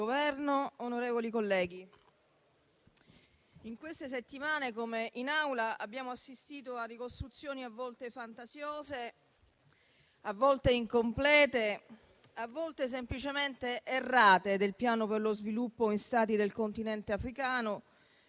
onorevoli colleghi, in queste settimane in Aula abbiamo assistito a ricostruzioni a volte fantasiose, a volte incomplete, a volte semplicemente errate, del Piano per lo sviluppo in Stati del Continente africano,